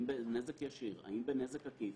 אם בנזק ישיר, אם בנזק עקיף